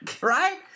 Right